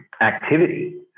activity